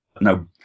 no